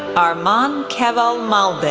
armaan keval malde,